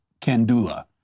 Kandula